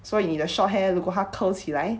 so you need a short hair 如果他 curl 起来